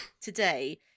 today